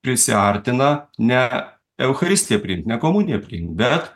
prisiartina ne eucharistiją priimt ne komuniją priimt bet